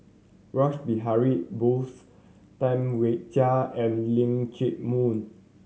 Rash Behari Bose Tam Wai Jia and Leong Chee Mun